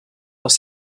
les